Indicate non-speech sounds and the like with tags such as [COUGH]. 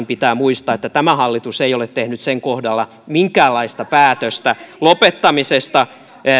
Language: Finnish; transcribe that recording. [UNINTELLIGIBLE] pitää muistaa että tämä hallitus ei ole tehnyt sen kohdalla minkäänlaista päätöstä lopettamisesta